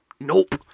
nope